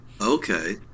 Okay